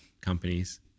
companies